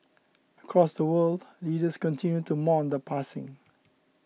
across the world leaders continued to mourn the passing